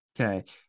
Okay